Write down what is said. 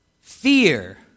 fear